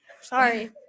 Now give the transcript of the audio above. Sorry